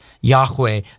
Yahweh